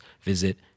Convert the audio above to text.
visit